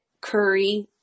Curry